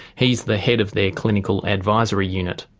he's the head of their clinical advisory unit.